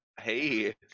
Hey